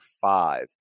five